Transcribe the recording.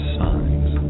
signs